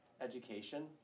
education